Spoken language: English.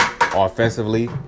offensively